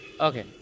Okay